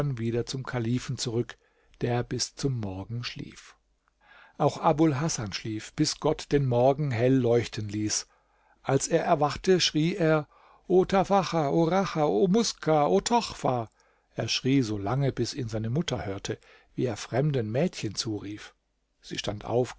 wieder zum kalifen zurück der bis zum morgen schlief auch abul hasan schlief bis gott den morgen hell leuchten ließ als er erwachte schrie er o tafacha o racha o muska o tochfa er schrie so lange bis ihn seine mutter hörte wie er fremden mädchen zurief sie stand auf